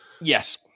Yes